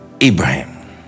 Abraham